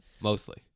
Mostly